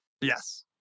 Yes